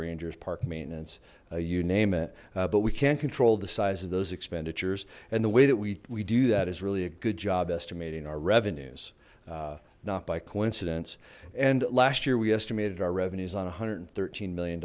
rangers park maintenance you name it but we can't control the size of those expenditures and the way that we we do that is really a good job estimating our revenues not by coincidence and last year we estimated our revenues on one hundred and thirteen million